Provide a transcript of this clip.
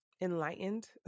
enlightened